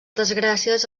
desgràcies